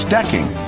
Decking